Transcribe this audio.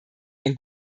ein